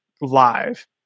live